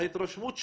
ההתרשמות שלי,